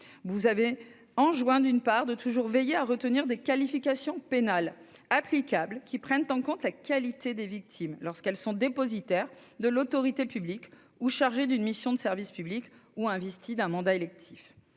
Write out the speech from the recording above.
leur avez enjoint de toujours veiller à retenir des qualifications pénales applicables prenant en compte la qualité des victimes, lorsqu'elles sont dépositaires de l'autorité publique, chargées d'une mission de service public ou investies d'un mandat électif.